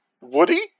Woody